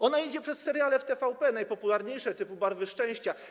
Ona idzie przez seriale w TVP, najpopularniejsze, typu „Barwy szczęścia”